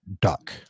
duck